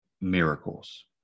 miracles